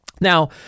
Now